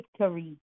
victory